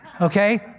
okay